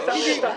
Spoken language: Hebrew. בדיוק.